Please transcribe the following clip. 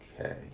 Okay